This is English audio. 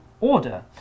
order